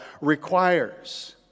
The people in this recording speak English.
requires